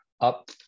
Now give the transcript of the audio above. up